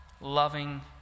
loving